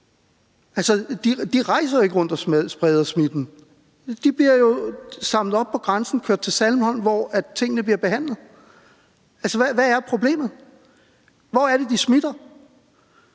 De rejser ikke rundt og spreder smitten. De bliver jo samlet op på grænsen og kørt til Center Sandholm, hvor tingene bliver behandlet. Hvad er problemet? Hvor er det, de smitter?